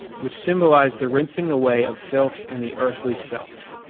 which symbolized the rinsing away of filth in the earthly self.